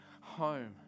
home